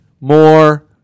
more